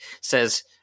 says